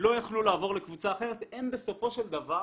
לא יכלו לעבור לקבוצה אחרת, הם בסופו של דבר